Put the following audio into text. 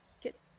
get